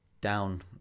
down